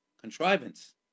contrivance